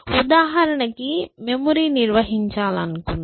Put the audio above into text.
ఉదాహరణకి మెమరీ నిర్వహించాలనుకున్నాం